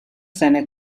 seiner